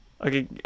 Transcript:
Okay